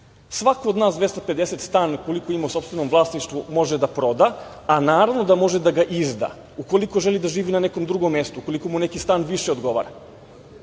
Svako od nas 250 stana koliko ima u sopstvenom vlasništvu može da proda a naravno da može da ga izda, ukoliko želi da živi u nekom drugom mestu, ukoliko mu neki stan više odgovara.